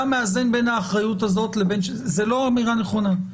אתה מאזן בין האחריות הזאת זאת לא אמירה נכונה.